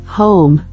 home